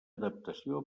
adaptació